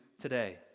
today